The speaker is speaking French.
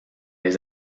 les